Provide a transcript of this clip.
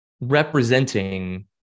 representing